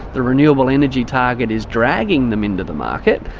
the renewable energy target is dragging them into the market,